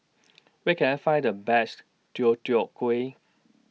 Where Can I Find The Best Deodeok Gui